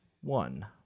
one